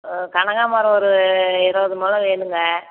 கனகாம்பரம் ஒரு இருவது மொழம் வேணுங்க